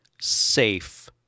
safe